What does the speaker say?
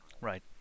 Right